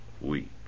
weep